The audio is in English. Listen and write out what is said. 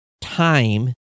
time